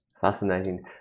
Fascinating